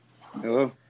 Hello